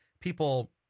people